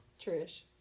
Trish